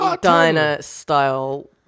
diner-style